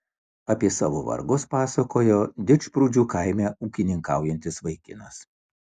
apie savo vargus pasakojo didžprūdžių kaime ūkininkaujantis vaikinas